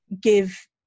give